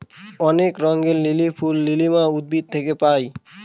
অনেক রঙের লিলি ফুল লিলিয়াম উদ্ভিদ থেকে পায়